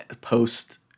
post